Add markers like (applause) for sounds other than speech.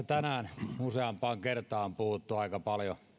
(unintelligible) tänään useampaan kertaan on puhuttu aika paljon